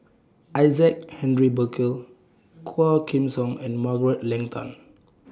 Isaac Henry Burkill Quah Kim Song and Margaret Leng Tan